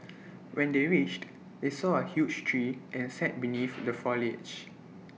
when they reached they saw A huge tree and sat beneath the foliage